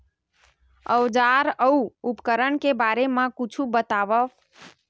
औजार अउ उपकरण के बारे मा कुछु बतावव?